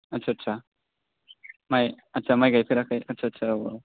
आस्सा आस्सा माइ आस्सा माइ गायफेराखै आस्सा आस्साऔ औ